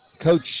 Coach